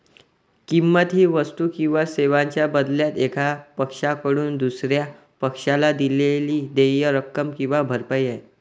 किंमत ही वस्तू किंवा सेवांच्या बदल्यात एका पक्षाकडून दुसर्या पक्षाला दिलेली देय रक्कम किंवा भरपाई आहे